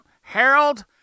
Harold